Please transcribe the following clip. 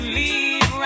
leave